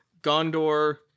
Gondor